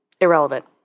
Irrelevant